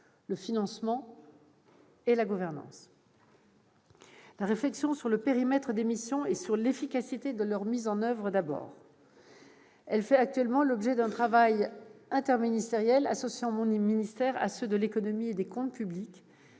le financement ; la gouvernance. En ce qui concerne la réflexion sur le périmètre des missions et l'efficacité de leur mise en oeuvre, elle fait actuellement l'objet d'un travail interministériel, associant mon ministère à ceux de l'économie et des comptes publics,